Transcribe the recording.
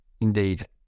Indeed